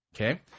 Okay